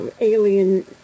alien